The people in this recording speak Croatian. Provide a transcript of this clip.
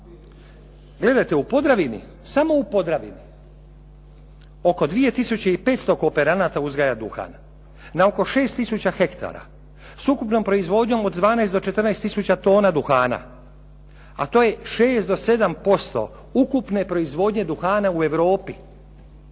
Gledajte u Podravini, samo u Podravini oko 2 tisuće i 500 kooperanata uzgaja duhan, na oko 6 tisuća hektara sa ukupnom proizvodnjom od 12 do 14 tisuća tona duhana, a to je 6 do 7% ukupne proizvodnje duhana u Europi.